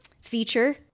feature